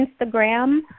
Instagram